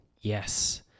Yes